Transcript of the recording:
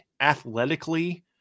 athletically